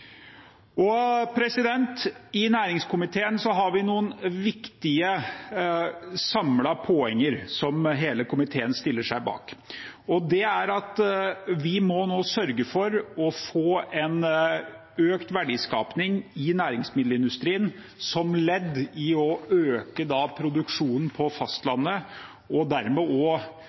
I næringskomiteen har vi noen viktige samlede poenger som hele komiteen stiller seg bak. Det er at vi nå må sørge for å få en økt verdiskaping i næringsmiddelindustrien som ledd i å øke produksjonen på fastlandet og dermed også sørge for at vi har verdiskaping som vi kan leve av når olje- og